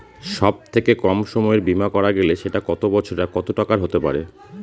সব থেকে কম সময়ের বীমা করা গেলে সেটা কত বছর আর কত টাকার হতে পারে?